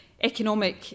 economic